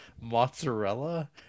mozzarella